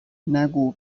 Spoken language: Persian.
نگو